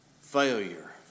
failure